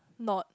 not